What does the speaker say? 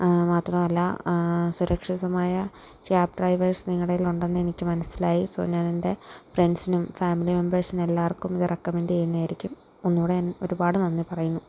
മാത്രവുമല്ല സുരക്ഷിതമായ cab drivers നിങ്ങളുടെ കയ്യിലുണ്ടെന്ന് എനിക്ക് മനസിലായി സോ ഞാൻ എൻ്റെ ഫ്രണ്ട്സിനും ഫാമിലി മെമ്പേർസിനും എല്ലാവർക്കും ഇത് റെക്കമെൻറ് ചെയ്യുന്നതായിരിക്കും ഒന്നുകൂടെ ഒരുപാട് നന്ദി പറയുന്നു